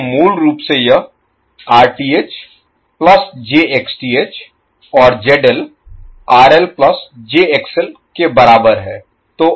तो मूल रूप से यह Rth plus j XTh और ZL RL plus j XL के बराबर है